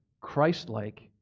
Christ-like